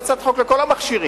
הוא עושה הצעת חוק לכל המכשירים.